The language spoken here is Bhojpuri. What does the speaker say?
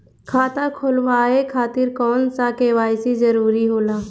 खाता खोलवाये खातिर कौन सा के.वाइ.सी जरूरी होला?